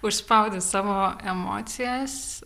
užspaudus savo emocijas